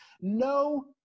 No